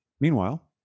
Meanwhile